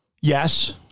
Yes